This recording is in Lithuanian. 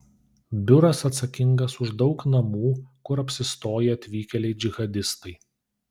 biuras atsakingas už daug namų kur apsistoję atvykėliai džihadistai